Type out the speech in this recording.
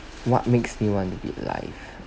what makes me want to be alive